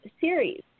series